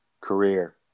career